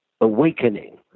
awakening